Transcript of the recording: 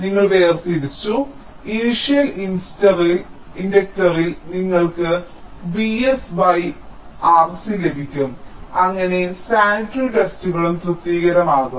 നിങ്ങൾ വേർതിരിച്ചു ഇനിഷ്യൽ ഇന്സ്ടന്റിൽ നിങ്ങൾക്ക് Vs by Rc ലഭിക്കും അങ്ങനെ സാനിറ്റി ടെസ്റ്റുകളും തൃപ്തികരമാകും